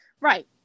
right